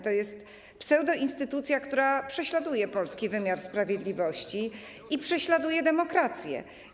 To jest pseudoinstytucja, która prześladuje polski wymiar sprawiedliwości, prześladuje demokrację.